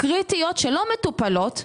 קריטיות שלא מטופלות,